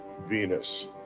Venus